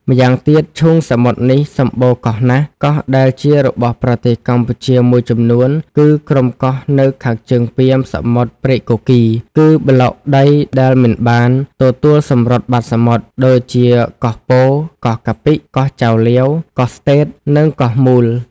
ម្យ៉ាងទៀត ឈូង សមុទ្រនេះសំបូរកោះណាស់ ។ កោះដែលជារបស់ប្រទេសកម្ពុជាមួយចំនួនគឺក្រុមកោះនៅខាងជើងពាមសមុទ្រព្រែកគគីរ គឺប្លុកដីដែលមិនបាន ទទួលសំរុតបាតសមុទ្រ ដូចជា កោះពរ កោះកាពិ កោះចៅលាវ កោះស្តេត និង កោះមូល ។